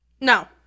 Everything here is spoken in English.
No